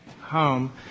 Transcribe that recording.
home